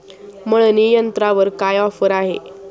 मळणी यंत्रावर काय ऑफर आहे?